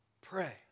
Pray